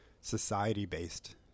society-based